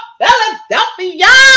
Philadelphia